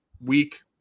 week